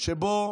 שבו